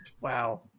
Wow